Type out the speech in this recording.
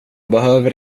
behöver